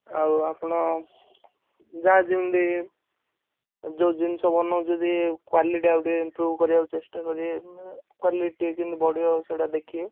ଆଉ ଆପଣ ଯାହା ଯେମିତି ଯେଉଁ ଜିନିଷ ବନଉଛନ୍ତି କ୍ୱାଲିଟି ଆଉ ଟିକେ ଇମ୍ପ୍ରୁଭ୍ କରିବାକୁ ଚେଷ୍ଟା କରିବେ କ୍ୱାଲିଟି ଟିକେ କେମିତି ବଢ଼ିବ ସେଇଟା ଦେଖିବେ